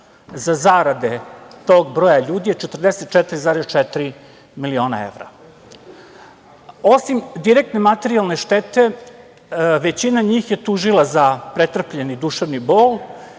za zarade tog broja ljudi je 44,4 miliona evra. Osim direktne materijalne štete većina njih je tužila za pretrpljeni duševni bol